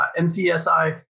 mcsi